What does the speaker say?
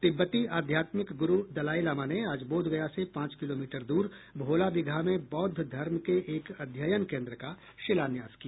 तिब्बती आध्यात्मिक गुरू दलाई लामा ने आज बोधगया से पांच किलोमीटर दूर भोला बिगहा में बौद्ध धर्म के एक अध्ययन केन्द्र का शिलान्यास किया